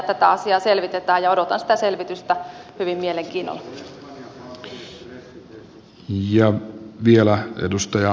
tätä asiaa selvitetään ja odotan sitä selvitystä hyvin mielenkiinnolla